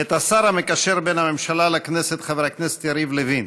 את השר המקשר בין הממשלה לכנסת חבר הכנסת יריב לוין